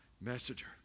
Messenger